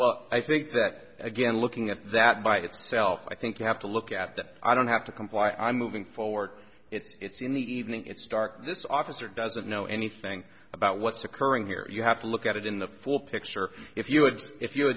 but i think that again looking at that by itself i think you have to look at that i don't have to comply i'm moving forward it's in the evening it's dark this officer doesn't know anything about what's occurring here you have to look at it in the full picture if you would if you